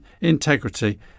integrity